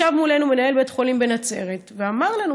ישב מולנו מנהל בית חולים בנצרת ואמר לנו